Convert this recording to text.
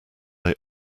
they